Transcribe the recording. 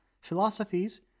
philosophies